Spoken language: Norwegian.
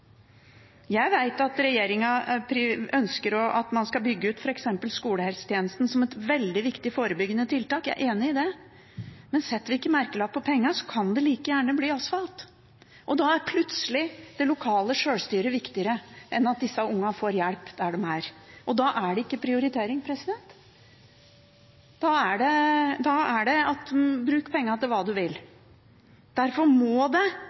Jeg vet at regjeringen ønsker at man skal bygge ut f.eks. skolehelsetjenesten som et veldig viktig forebyggende tiltak. Jeg er enig i det. Men setter vi ikke merkelapp på pengene, kan det like gjerne bli asfalt. Da er plutselig det lokale selvstyret viktigere enn at disse barna får hjelp der de er. Og da er det ikke prioritering. Da er det: Bruk pengene til hva du vil. Derfor må det